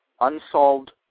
unsolved